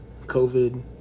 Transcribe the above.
covid